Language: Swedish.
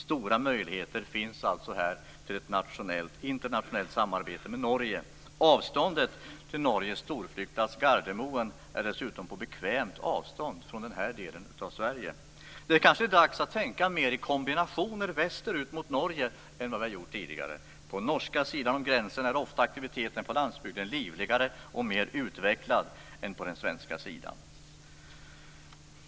Stora möjligheter finns alltså här till ett internationellt samarbete med Norge. Norges storflygplats Gardemoen ligger dessutom på bekvämt avstånd från den här delen av Sverige. Det kanske är dags att tänka mer i kombinationer västerut mot Norge än vad vi har gjort tidigare. På den norska sidan av gränsen är ofta aktiviteten på landsbygden livligare och mer utvecklad än på den svenska sidan.